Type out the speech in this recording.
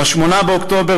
ב-7 באוקטובר,